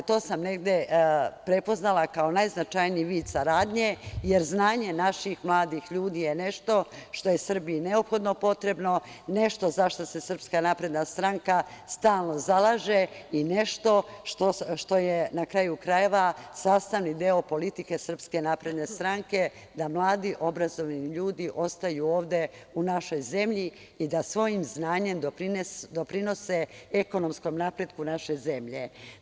To sam negde prepoznala kao najznačajniji vid saradnje, jer znanje naših mladih ljudi je nešto što je Srbiji neophodno, nešto za šta se SNS stalno zalaže i nešto što je, na kraju krajeva, sastavni deo politike SNS da mladi, obrazovani ljudi ostaju ovde u našoj zemlji i da svojim znanjem doprinose ekonomskom napretku naše zemlje.